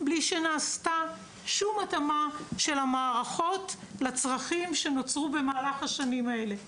בלי שנעשתה שום התאמה של המערכות לצרכים שנוצרו במהלך השנים האלה.